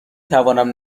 توانم